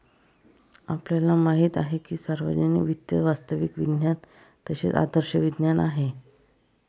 आपल्याला माहित आहे की सार्वजनिक वित्त वास्तविक विज्ञान तसेच आदर्श विज्ञान आहे